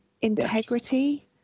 integrity